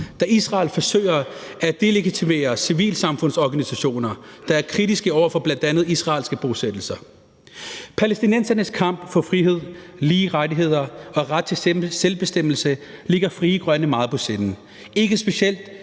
da Israel forsøger at delegitimere civilsamfundsorganisationer, der er kritiske over for bl.a. israelske bosættelser. Palæstinensernes kamp for frihed, lige rettigheder og ret til selvbestemmelse ligger Frie Grønne meget på sinde, ikke specielt